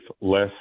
less